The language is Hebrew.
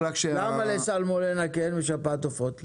למה לסלמונלה כן ולשפעת העופות לא?